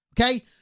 Okay